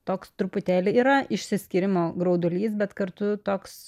toks truputėlį yra išsiskyrimo graudulys bet kartu toks